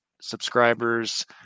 subscribers